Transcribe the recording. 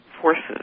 forces